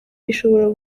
ishobora